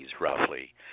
roughly